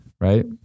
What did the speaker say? Right